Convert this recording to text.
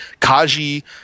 Kaji